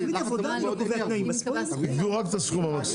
בואו נגמור את זה.